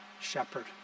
shepherd